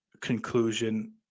conclusion